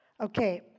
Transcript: Okay